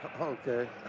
Okay